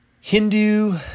Hindu